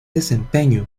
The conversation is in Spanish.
desempeño